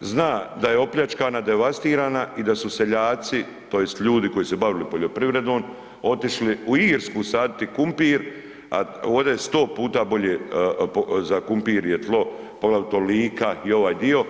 zna da je opljačkana, devastirana i da su seljaci tj. ljudi koji su se bavili poljoprivredom otišli u Irsku saditi kumpir, a ovdje sto puta bolje za kumpir je tlo poglavito Lika i ovaj dio.